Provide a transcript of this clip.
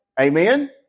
Amen